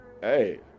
hey